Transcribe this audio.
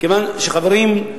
כיוון שחברים,